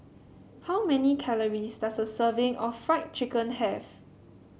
how many calories does a serving of Fried Chicken have